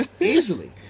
easily